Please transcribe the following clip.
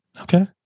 Okay